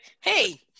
hey